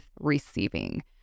receiving